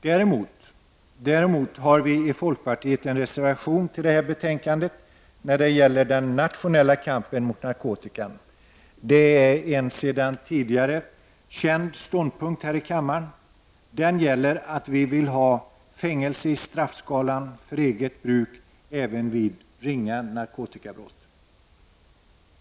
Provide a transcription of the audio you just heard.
Däremot har vi i folkpartiet vid detta betänkande fogat en reservation, vilken avser den nationella kampen mot narkotikan. Det gäller en sedan tidigare känd ståndpunkt här i kammaren, nämligen krav på fängelse i straffskalan för eget bruk av narkotika även vid ringa narkotikabrott.